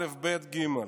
אלף, בית, גימל.